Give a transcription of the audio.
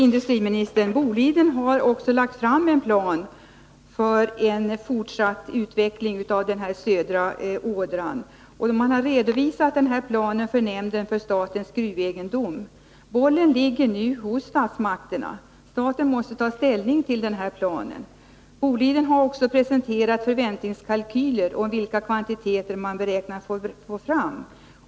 Fru talman! Boliden har lagt fram en plan för en fortsatt utveckling av den södra ådran, och man har redovisat planen för nämnden för statens gruvegendom. Bollen ligger nu hos statsmakterna. Staten måste ta ställning till planen. Boliden har också presenterat kalkyler beträffande vilka kvantiteter man beräknar att få fram.